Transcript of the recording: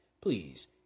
please